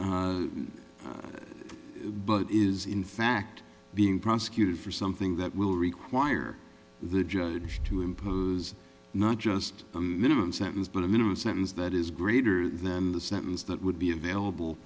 but is in fact being prosecuted for something that will require the judge to impose not just a minimum sentence but a minimum sentence that is greater than the sentence that would be available